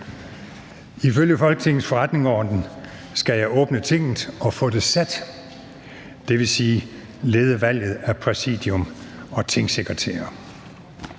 Ifølge Folketingets forretningsorden skal jeg åbne Tinget og få det sat, dvs. lede valget af Præsidium og tingsekretærer.